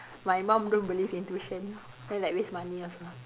my mum don't believe in tuition then like waste money also